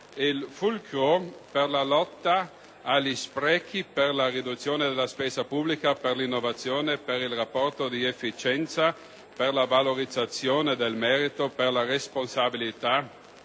il fulcro per la lotta agli sprechi, per la riduzione della spesa pubblica, per l'innovazione, per il rapporto di efficienza, per la valorizzazione del merito, per la responsabilità